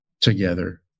together